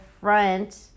front